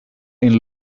and